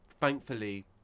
Thankfully